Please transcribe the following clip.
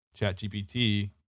ChatGPT